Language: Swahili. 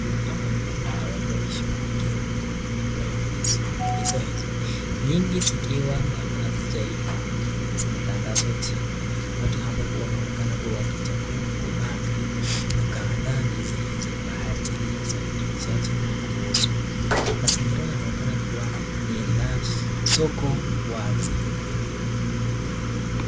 Hawa ni kundi la watu wakishughulikia rundo kubwa la ndizi. Ndizi hizo nyingi zikiwa bado hazijaiva. Zimetandazwa chini. Watu ambapo wanaonekana kuwa wakichagua kupanga na kuandaa ndizi hizo kwa ajili ya usafirishaji na kuuzwa. Mazingira yanaonekana kuwa ni la soko wazi.